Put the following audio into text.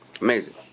Amazing